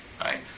Right